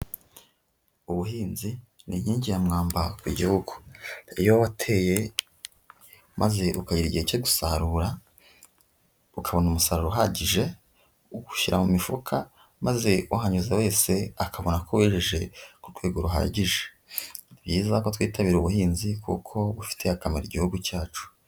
Ubuhinzi ni inkingi ya mwamba ku gihugu, iyo wateye maze ukagera igihe cyo gusarura ukabona umusaruro uhagije, uwushyira mu mifuka maze uhanyuze wese akabona ko wejeje ku rwego ruhagije, ni byiza ko twitabira ubuhinzi kuko bufitiye akamaro igihugu cyacu.